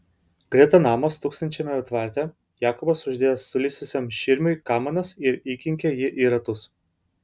greta namo stūksančiame tvarte jakobas uždėjo sulysusiam širmiui kamanas ir įkinkė jį į ratus